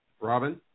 Robin